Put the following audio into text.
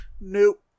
Nope